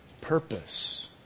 purpose